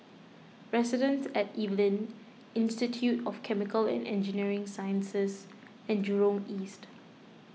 Residences at Evelyn Institute of Chemical and Engineering Sciences and Jurong East